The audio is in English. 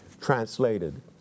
translated